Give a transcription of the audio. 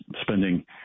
spending